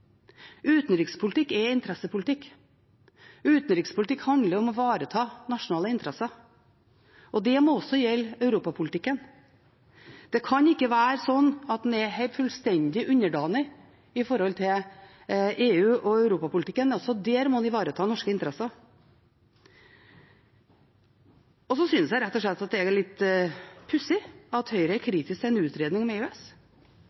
Utenrikspolitikk er interessepolitikk. Utenrikspolitikk handler om å ivareta nasjonale interesser, og det må også gjelde europapolitikken. Det kan ikke være slik at en er fullstendig underdanig overfor EU og europapolitikken. Også der må vi ivareta norske interesser. Og så synes jeg rett og slett at det er litt pussig at Høyre er kritisk til en utredning om EØS.